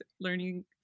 learning